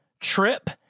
trip